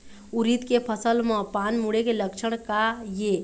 उरीद के फसल म पान मुड़े के लक्षण का ये?